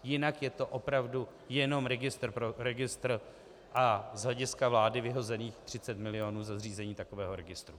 Jinak je to opravdu jenom registr pro registr a z hlediska vlády vyhozených 30 milionů za zřízení takového registru.